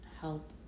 help